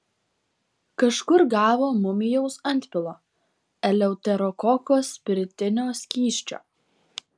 kažkur gavo mumijaus antpilo eleuterokoko spiritinio skysčio